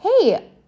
hey